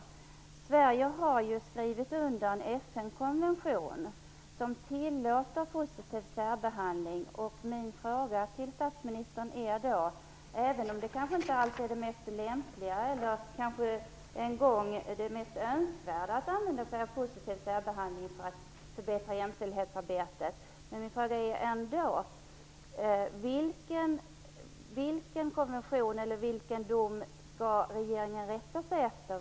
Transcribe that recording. Sverige har skrivit under en FN-konvention som tillåter positiv särbehandling. Även om det kanske inte alls är det mest lämpliga eller ens en gång det mest önskvärda att använda positiv särbehandling för att förbättra jämställdhetsarbetet är ändå min fråga till statsministern: Vilken konvention eller vilken dom skall regeringen rätta sig efter?